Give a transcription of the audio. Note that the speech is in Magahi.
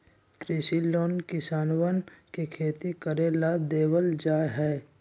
कृषि लोन किसनवन के खेती करे ला देवल जा हई